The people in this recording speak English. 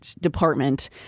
department